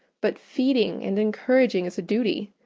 but feeding and encouraging as a duty.